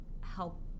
help